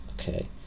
Okay